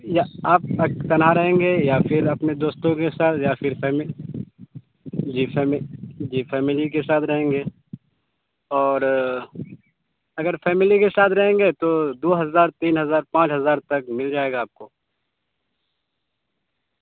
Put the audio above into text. یا آپ کنا رہیں گے یا پھر اپنے دوستوں کے ساتھ یا پھر فیملی جی فیملی جی فیملی کے ساتھ رہیں گے اور اگر فیملی کے ساتھ رہیں گے تو دو ہزار تین ہزار پانچ ہزار تک مل جائے گا آپ کو